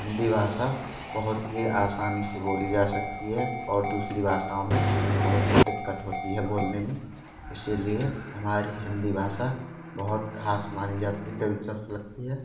हिंदी भाषा बहुत ही आसानी से बोली जा सकती है और दूसरी भाषाओं में बहुत दिक्कत होती है बोलने में इसीलिए हमारी हिंदी भाषा बहुत खास मानी जाती है दिलचस्प लगती है